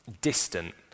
distant